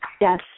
Yes